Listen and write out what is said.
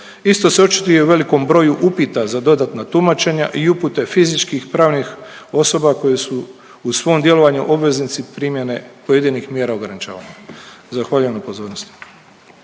Isto se očituje i u velikom broju upita za dodatna tumačenja i upute fizičkih, pravnih osoba koje su u svom djelovanju obveznici primjene pojedinih mjera ograničavanja. Zahvaljujem na pozornosti.